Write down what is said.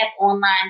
online